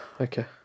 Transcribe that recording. Okay